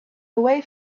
away